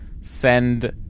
send